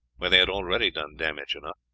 where they had already done damage enough,